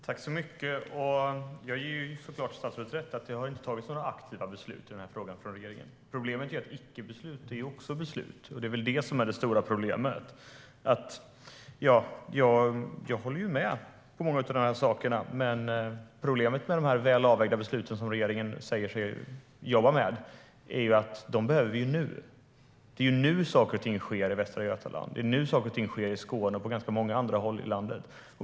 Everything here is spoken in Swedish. Herr talman! Jag ger såklart statsrådet rätt i att det inte har tagits några aktiva beslut i den här frågan av regeringen. Problemet är att icke-beslut också är beslut. Det är väl det som är det stora problemet. Jag håller med om många av dessa saker, men problemet med de väl avvägda beslut som regeringen säger sig jobba med är att vi behöver dem nu. Det är nu saker och ting sker i Västra Götaland. Det är nu saker och ting sker i Skåne och på ganska många andra håll i landet.